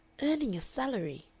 earning a salary!